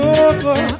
over